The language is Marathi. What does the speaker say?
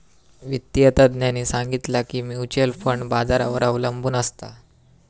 वित्तिय तज्ञांनी सांगितला की म्युच्युअल फंड बाजारावर अबलंबून असता